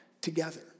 together